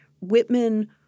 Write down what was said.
Whitman